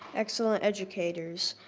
excellent educators.